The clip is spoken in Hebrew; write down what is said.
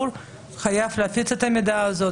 חייב לתת את המידע הזה.